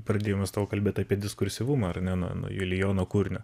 pradėjimas tavo kalbėt apie diskursyvumą ar ne nuo nuo julijono kūrinio